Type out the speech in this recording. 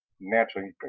naturally